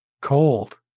Cold